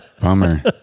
Bummer